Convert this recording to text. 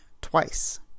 twice